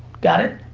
got it?